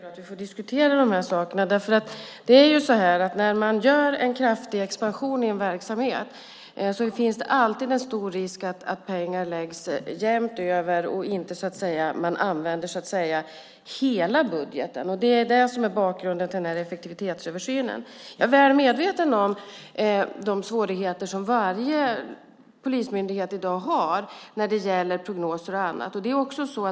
Herr talman! Jag vill börja med att säga att jag tycker att det är väldigt bra att vi får diskutera de här frågorna. Vid en kraftig expansion i en verksamhet finns det alltid en stor risk att pengar läggs jämnt över och att man inte använder hela budgeten. Det är det som är bakgrunden till effektivitetsöversynen. Jag är väl medveten om de svårigheter som varje polismyndighet i dag har med prognoser och annat.